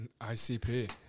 ICP